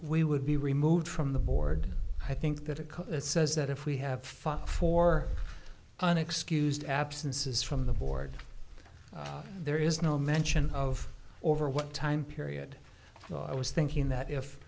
we would be removed from the board i think that it says that if we have filed for an excused absences from the board there is no mention of over what time period so i was thinking that if